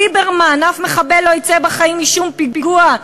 ליברמן: אף מחבל לא יצא בחיים משום פיגוע,